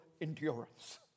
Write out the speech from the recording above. endurance